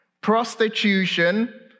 prostitution